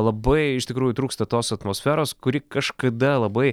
labai iš tikrųjų trūksta tos atmosferos kuri kažkada labai